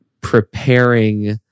preparing